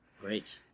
great